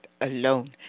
alone